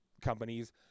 companies